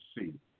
see